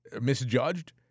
misjudged